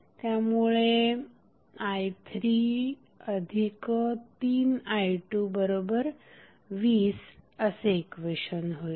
त्यामुळे i33i220 असे equation होईल